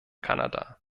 kanada